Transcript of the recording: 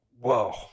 Whoa